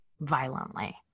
violently